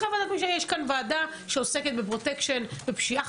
לעסוק בזה.